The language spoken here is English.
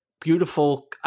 beautiful